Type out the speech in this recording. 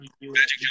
Magic